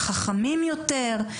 חכמים יותר?